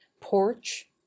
porch